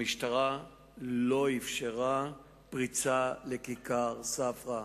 המשטרה לא אפשרה פריצה לכיכר ספרא,